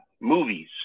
movies